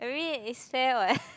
I mean it's fair what